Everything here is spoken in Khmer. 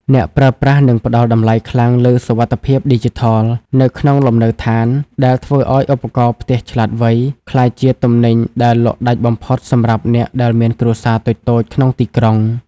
អ្នកប្រើប្រាស់នឹងផ្ដល់តម្លៃខ្លាំងលើ "សុវត្ថិភាពឌីជីថល" នៅក្នុងលំនៅឋាន ដែលធ្វើឱ្យឧបករណ៍ផ្ទះឆ្លាតវៃ ក្លាយជាទំនិញដែលលក់ដាច់បំផុតសម្រាប់អ្នកដែលមានគ្រួសារតូចៗក្នុងទីក្រុង។